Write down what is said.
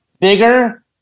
bigger